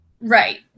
Right